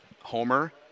Homer